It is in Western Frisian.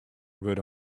wurde